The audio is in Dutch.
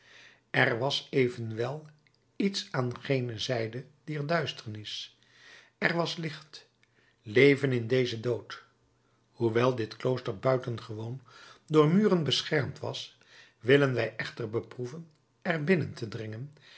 er was evenwel iets aan gene zijde dier duisternis er was licht leven in dezen dood hoewel dit klooster buitengewoon door muren beschermd was willen wij echter beproeven er binnen te dringen